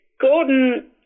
Gordon